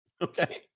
Okay